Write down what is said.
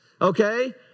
okay